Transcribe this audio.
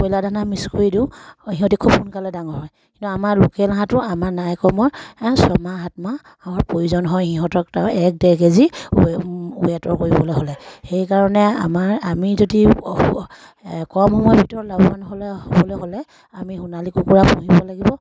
বইয়লা দানা মিছ কৰি দিওঁ আৰু সিহঁতি খুব সোনকালে ডাঙৰ হয় কিন্তু আমাৰ লোকেল হাঁহটো আমাৰ নাই কমেও ছমাহ সাতমাহৰ প্ৰয়োজন হয় সিহঁতক তাৰ এক ডেৰ কেজি ৱেটৰ কৰিবলৈ হ'লে সেইকাৰণে আমাৰ আমি যদি কম সময়ৰ ভিতৰত লাভৱান হ'লে হ'বলৈ হ'লে আমি সোণালী কুকুৰা পুহিব লাগিব